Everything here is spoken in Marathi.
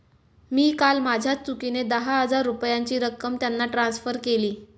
मी काल माझ्या चुकीने दहा हजार रुपयांची रक्कम त्यांना ट्रान्सफर केली